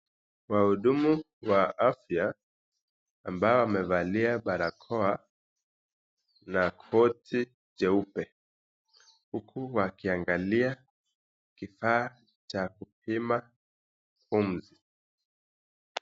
Wahudumu wa afya ambao wamevalia barakoa na koti jeupe huku wakiangalia kifaa cha kupima bumzi.